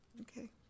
Okay